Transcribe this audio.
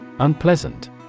Unpleasant